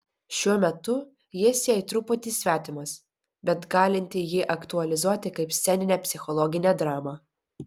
šiuo metu jis jai truputį svetimas bet galinti jį aktualizuoti kaip sceninę psichologinę dramą